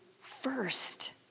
first